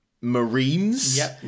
Marines